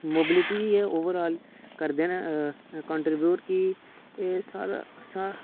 mobility ऐ overall करदे ने कंट्रीब्यूट कि एह् साढ़ा